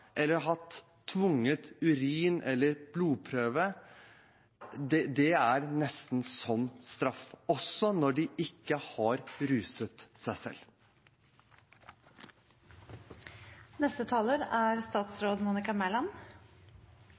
eller blitt tvunget til urin- eller blodprøve, er det nesten som straff, også når de ikke har ruset seg. Mitt og regjeringens klare utgangspunkt er